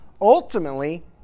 ultimately